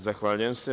Zahvaljujem se.